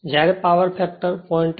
જ્યારે power factor 0